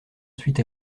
suite